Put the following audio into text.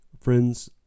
Friends